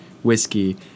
Whiskey